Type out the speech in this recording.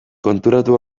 konturatu